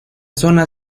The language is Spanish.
zona